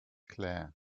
claire